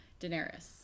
Daenerys